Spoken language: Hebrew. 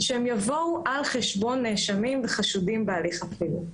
יבואו על חשבון נאשמים וחשודים בהליך הפלילי.